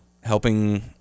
helping –